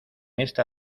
esta